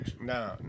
No